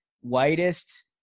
whitest